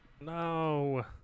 No